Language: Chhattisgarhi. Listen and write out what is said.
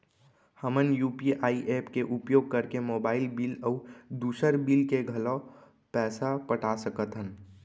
हमन यू.पी.आई एप के उपयोग करके मोबाइल बिल अऊ दुसर बिल के घलो पैसा पटा सकत हन